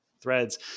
threads